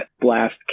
BLAST